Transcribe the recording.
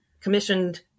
commissioned